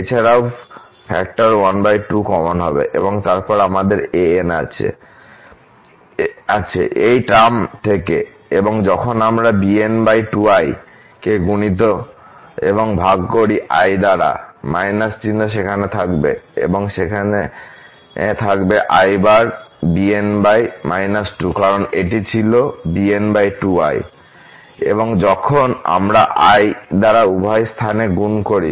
এছাড়াও factor 12 common হবে এবং তারপর আমাদের an আছে এই টার্ম থেকে এবং যখন আমরা bn 2i কে গুণিত এবং ভাগ করি i দ্বারা চিহ্ন সেখানে থাকবে এবং সেখানে থাকবে i বার bn−2 কারণ এটি ছিল bn2iএবং যখন আমরা i দ্বারা উভয় স্থান এ গুণ করি